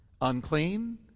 Unclean